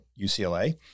ucla